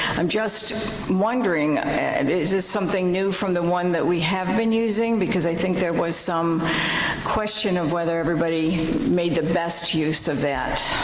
i'm just wondering, and is it something new from the one that we have been using? because i think there was some question of whether everybody made the best use of that,